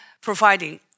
providing